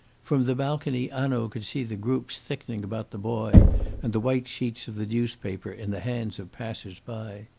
from the balcony hanaud could see the groups thickening about the boy and the white sheets of the newspapers in the hands of passers-by.